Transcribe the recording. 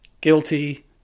guilty